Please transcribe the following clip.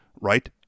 right